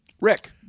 Rick